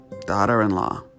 daughter-in-law